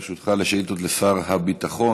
ברשותך, לשאילתות לשר הביטחון.